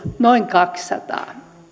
noin kahdessadas